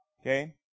Okay